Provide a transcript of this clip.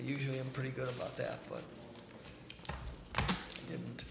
usually i'm pretty good about that but